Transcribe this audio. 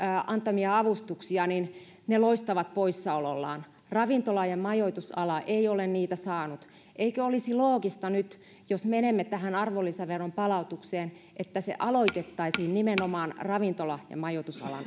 antamia avustuksia niin ne loistavat poissaolollaan ravintola ja majoitusala ei ole niitä saanut eikö olisi loogista nyt jos menemme tähän arvonlisäveron palautukseen että se aloitettaisiin nimenomaan ravintola ja majoitusalan